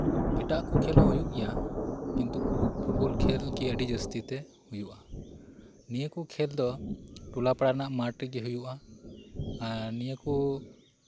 ᱮᱴᱟᱜ ᱠᱚ ᱠᱷᱮᱞ ᱦᱚᱸ ᱦᱩᱭᱩᱜ ᱜᱮᱭᱟ ᱠᱤᱱᱛᱩ ᱯᱷᱩᱴᱵᱚᱞ ᱠᱷᱮᱞ ᱜᱮ ᱟᱹᱰᱤ ᱡᱟᱹᱥᱛᱤ ᱛᱮ ᱦᱩᱭᱩᱜᱼᱟ ᱱᱤᱭᱟᱹᱠᱚ ᱠᱷᱮᱞ ᱫᱚ ᱴᱚᱞᱟ ᱯᱟᱲᱟᱨᱮᱭᱟᱜ ᱢᱟᱴᱷ ᱨᱮᱜᱮ ᱦᱩᱭᱩᱜᱼᱟ ᱱᱤᱭᱟᱹ ᱠᱚ